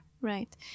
Right